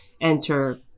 enter